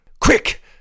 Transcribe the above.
Quick